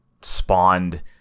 spawned